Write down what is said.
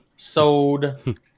Sold